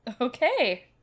Okay